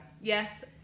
Yes